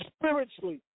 spiritually